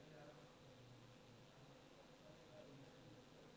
בזכות המראה שלה היא יכלה להסתובב חופשי